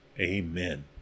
Amen